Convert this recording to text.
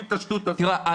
--- את השיטות הזאת --- תראה,